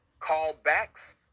callbacks